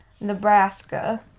Nebraska